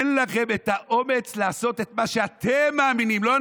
אין לכם את האומץ לעשות את מה שאתם מאמינים בו,